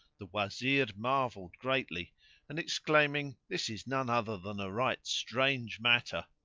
the wazir marvelled greatly and exclaiming, this is none other than a right strange matter,